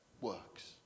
works